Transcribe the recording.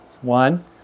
one